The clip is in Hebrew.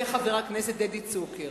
וחבר הכנסת דאז דדי צוקר.